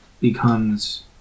becomes